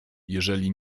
jeżeli